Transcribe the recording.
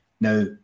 Now